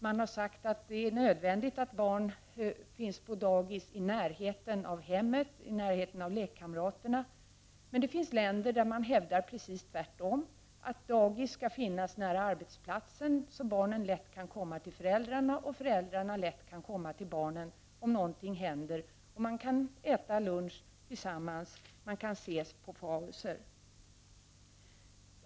Det har sagts att det är nödvändigt att barn vistas på dagis i närheten av hemmet och i närheten av lekkamraterna. Men det finns länder där man hävdar motsatsen, dvs. att dagis skall finnas nära föräldrarnas arbetsplats, så att barnen lätt kan komma till föräldrarna och så att föräldrarna lätt kan komma till barnen om något händer. Föräldrar och barn kan äta lunch tillsammans och träffas i pauser.